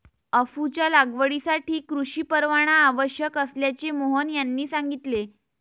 अफूच्या लागवडीसाठी कृषी परवाना आवश्यक असल्याचे मोहन यांनी सांगितले